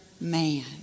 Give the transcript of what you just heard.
man